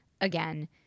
again